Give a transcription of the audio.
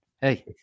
hey